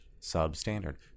substandard